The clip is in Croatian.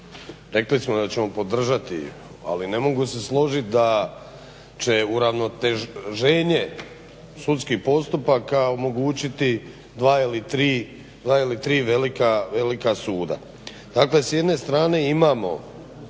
rekli smo da ćemo podržati ali ne mogu se složit da će uravnoteženje sudskih postupaka omogućiti dva ili tri velika suda. Dakle s jedne strane imamo